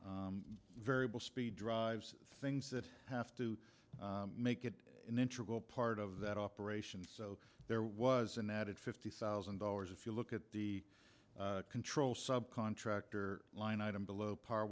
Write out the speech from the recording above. variable speed drives things that have to make it an interval part of that operation so there was an added fifty thousand dollars if you look at the control subcontractor line item below par